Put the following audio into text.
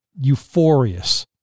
euphorious